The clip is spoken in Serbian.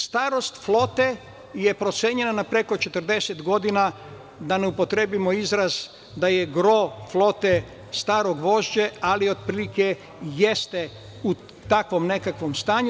Starost flote je procenjena na preko 40 godina, da ne upotrebimo izraz, da je gro flote staro gvožđe, ali otprilike jeste u takvom nekakvom stanju.